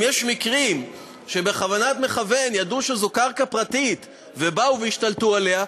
אם יש מקרים שבכוונת מכוון ידעו שזאת קרקע פרטית ובאו והשתלטו עליה,